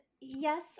yes